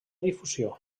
difusió